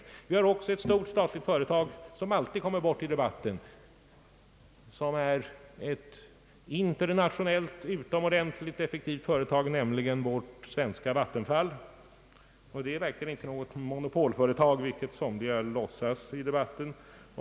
Vi har ett annat stort statligt företag, som alltid kommer bort i debatten, ett internationellt utomordentligt effektivt företag, nämligen vattenfallsverket. Det är verkligen inte något monopolföretag, vilket somliga låtsas i debatten.